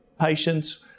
patients